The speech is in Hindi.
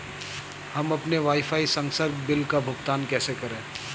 हम अपने वाईफाई संसर्ग बिल का भुगतान कैसे करें?